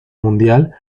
mundial